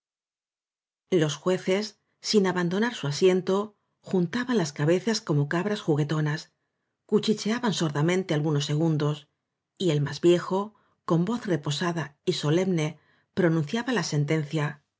los jueces sin abandonar su asiento jun taban las cabezas como cabras juguetonas cuchicheaban sordamente algunos segundos y el más viejo con voz reposada y solemne pro nunciaba la sentencia